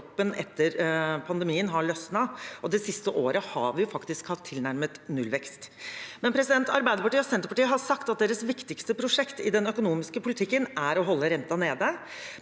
etter pandemien har løsnet. Det siste året har vi faktisk hatt tilnærmet nullvekst. Arbeiderpartiet og Senterpartiet har sagt at deres viktigste prosjekt i den økonomiske politikken er å holde renten nede,